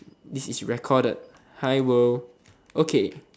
this is recorded hi world okay